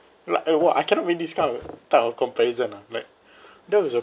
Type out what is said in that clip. like !wah! I cannot believe this kind of type of comparison ah like that was a